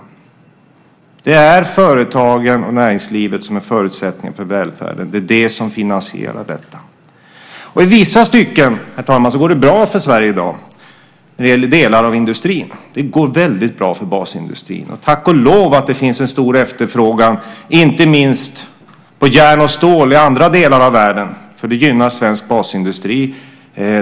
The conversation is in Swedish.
Det är företagen och näringslivet som är förutsättningen för välfärden. Det är det som finansierar detta. I vissa stycken, herr talman, går det bra för Sverige i dag i delar av industrin. Det går väldigt bra för basindustrin. Tack och lov för att det finns en stor efterfrågan, inte minst på järn och stål, i andra delar av världen, för det gynnar svensk basindustri!